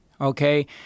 okay